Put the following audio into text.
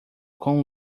com